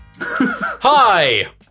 Hi